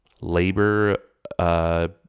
labor